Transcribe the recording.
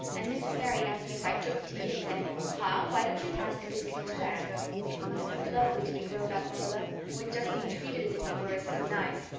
and mrs. barry asked me if i took tea and said pa, why don't you pass the biscuits to anne it must be lovely to be grown up, marilla, when just being treated as if you were is so nice.